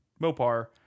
Mopar